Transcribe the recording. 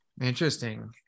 interesting